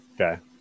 Okay